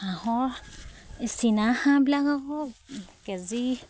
হাঁহৰ চীনা হাঁহবিলাক আকৌ কেজি